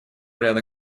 ряда